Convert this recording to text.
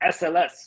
SLS